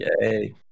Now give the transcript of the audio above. Yay